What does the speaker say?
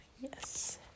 Yes